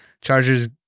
Chargers